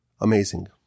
amazing